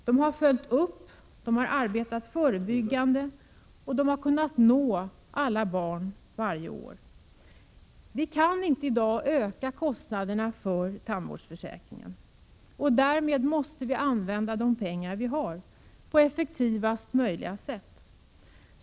Man har följt upp, man har arbetat förebyggande och man har kunnat nå alla barn varje år. Vi kan i dag inte öka kostnaderna för tandvårdsförsäkringen, och därmed måste vi använda de pengar vi har på effektivaste möjliga sätt.